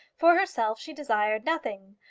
for herself she desired nothing.